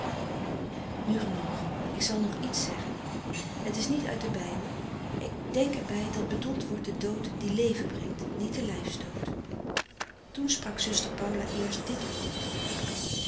nu genoeg ik zal nog iets zeggen het is niet uit den bijbel en denk er bij dat bedoeld wordt de dood die leven brengt niet de lijfsdood toen sprak zuster paula eerst dit woord